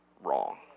wrong